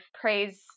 praise